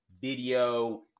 video